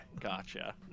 Gotcha